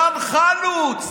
דן חלוץ,